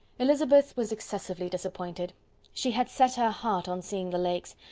elizabeth was excessively disappointed she had set her heart on seeing the lakes,